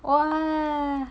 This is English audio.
!wah!